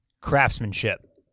craftsmanship